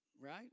right